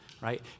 right